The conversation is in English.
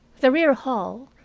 the rear hall,